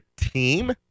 team